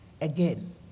again